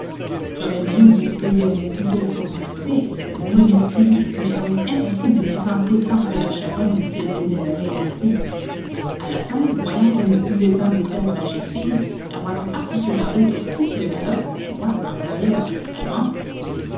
j'aurais bien voulu saisir mon couteau pour la couper cette maudite queue mais impossible d'y penser tant que la charogne se démènerait ainsi à la fin voyant qu'elle ne pouvait pas me faire lâcher prise la voilà partie sur la route au triple galop et moi par derrière naturellement